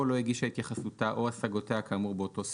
או לא הגישה את התייחסותה או השגותיה כאמור באותו סעיף,